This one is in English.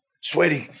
sweating